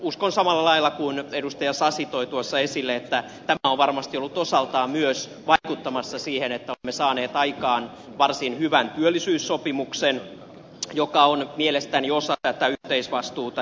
uskon samalla lailla kuin edustaja sasi toi tuossa esille että tämä on varmasti ollut osaltaan myös vaikuttamassa siihen että olemme saaneet aikaan varsin hyvän työllisyyssopimuksen joka on mielestäni osa tätä yhteisvastuuta